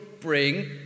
bring